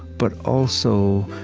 but also,